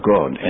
God